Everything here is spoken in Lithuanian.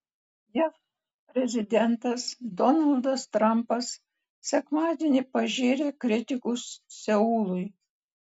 jav prezidentas donaldas trampas sekmadienį pažėrė kritikos seului